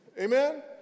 Amen